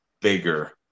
bigger